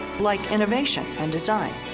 like innovation and design.